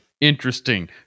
Interesting